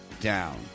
down